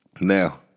now